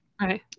Right